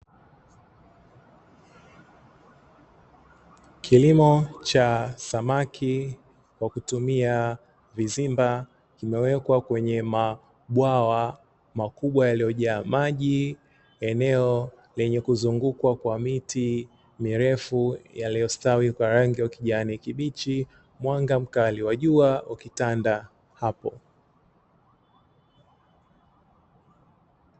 Kilimo cha samaki kwa kutumia vizimba kimewekwa kwenye mabwawa makubwa yaliyojaa maji. Eneo lenye kuzungukwa na miti mirefu iliyostawi kwa rangi ya kijani kibichi, mwanga mkali wa jua ukitanda hapo.